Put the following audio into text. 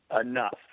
enough